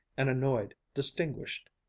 an annoyed, distinguished,